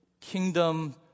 kingdom